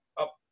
up